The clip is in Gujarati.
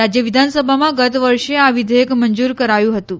રાજ્ય વિધાનસભામાં ગત વર્ષે આ વિઘેયક મંજૂર કરાયું હતું